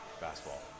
basketball